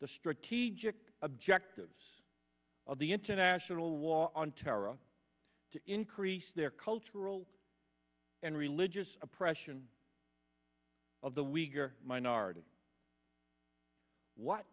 the strategic objectives of the international war on terror to increase their cultural and religious oppression of the weaker minority what